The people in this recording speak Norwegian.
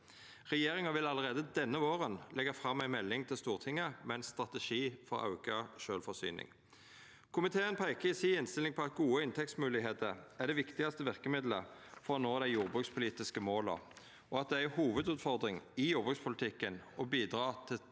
Regjeringa vil allereie denne våren leggja fram ei melding til Stortinget med ein strategi for auka sjølvforsyning. Komiteen peikar i si innstilling på at gode inntektsmoglegheiter er det viktigaste verkemiddelet for å nå dei jordbrukspolitiske måla, og at det er ei hovudutfordring i jordbrukspolitikken å bidra til